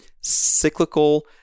cyclical